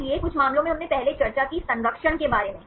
इसलिए कुछ मामलों में हमने पहले चर्चा की संरक्षण के बारे में